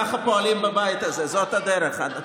ככה פועלים בבית הזה, זאת הדרך.